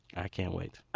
i can't wait